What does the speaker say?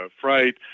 fright